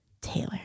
Taylor